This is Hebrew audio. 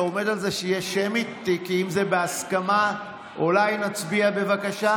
זה היה גם טיבי ואלקין או לא?